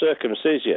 circumcision